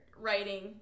writing